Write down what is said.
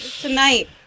tonight